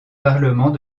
parlement